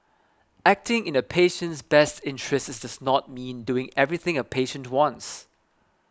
acting in a patient's best interests not mean doing everything a patient wants